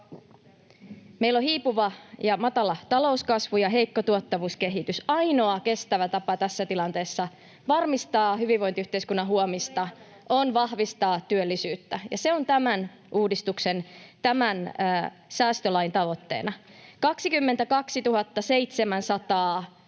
Meillä on hiipuva ja matala talouskasvu ja heikko tuottavuuskehitys. Ainoa kestävä tapa tässä tilanteessa varmistaa hyvinvointiyhteiskunnan huomista on vahvistaa työllisyyttä, [Aino-Kaisa Pekonen: Leikata lapsilta!] ja se on tämän uudistuksen, tämän säästölain, tavoitteena. 22 700